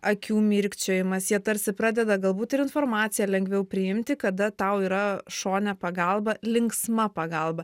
akių mirkčiojimas jie tarsi pradeda galbūt ir informaciją lengviau priimti kada tau yra šone pagalba linksma pagalba